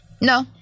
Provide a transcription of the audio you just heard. No